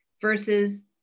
versus